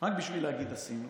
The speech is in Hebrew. רק בשביל להגיד "עשינו".